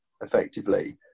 effectively